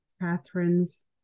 Catherine's